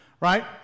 Right